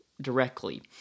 directly